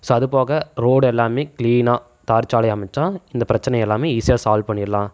so அதுபோக road எல்லாமே க்ளீனாக தார் சாலை அமைச்சால் இந்த பிரச்சனை எல்லாமே ஈஸியாக சால்வ் பண்ணிடலாம்